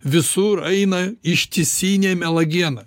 visur eina ištisinė melagiena